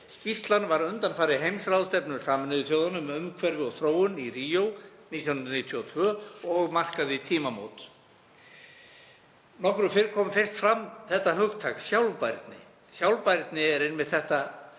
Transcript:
Skýrslan var undanfari heimsráðstefnu Sameinuðu þjóðanna um umhverfi og þróun í Ríó 1992 og markaði tímamót. Nokkru fyrr kom fyrst fram þetta hugtak, sjálfbærni. Sjálfbærni er einmitt